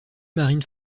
marine